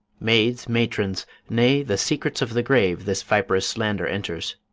maids, matrons, nay, the secrets of the grave, this viperous slander enters.